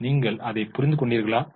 நீங்கள் அதைப் புறிந்து கொண்டீர்களா